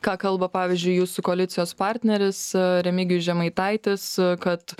ką kalba pavyzdžiui jūsų koalicijos partneris remigijus žemaitaitis kad